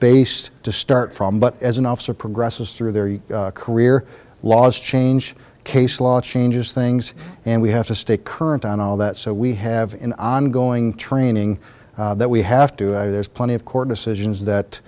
based to start from but as an officer progresses through their career laws change case law changes things and we have to stay current on all that so we have in ongoing training that we have to say there's plenty of court decisions that